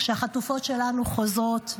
כשהחטופות שלנו חוזרות,